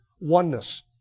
oneness